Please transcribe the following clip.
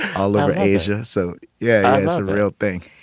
all over asia. so yeah real thing.